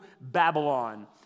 Babylon